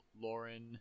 Lauren